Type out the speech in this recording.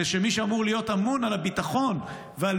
מי שאמור להיות אמון על הביטחון ועל